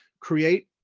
create